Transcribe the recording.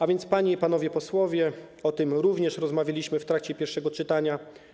A więc, panie i panowie posłowie, o tym również rozmawialiśmy w trakcie pierwszego czytania.